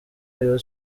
rayon